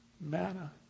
manna